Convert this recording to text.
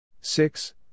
six